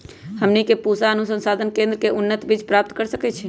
हमनी के पूसा अनुसंधान केंद्र से उन्नत बीज प्राप्त कर सकैछे?